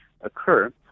occur